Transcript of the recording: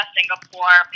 Singapore